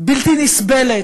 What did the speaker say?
בלתי נסבלת,